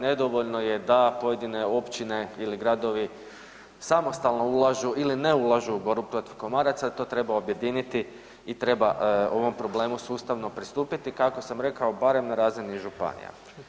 Nedovoljno je da pojedine općine ili gradovi samostalno ulažu ili ne ulažu u borbu protiv komaraca i to treba objediniti i treba ovom problemu sustavno pristupiti, kako sam rekao, barem na razini županija.